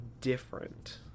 different